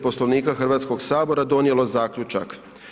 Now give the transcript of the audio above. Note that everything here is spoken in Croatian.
Poslovnika Hrvatskog sabora donijelo zaključak.